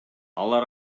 алар